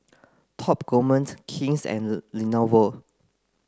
Top Gourmet King's and Lenovo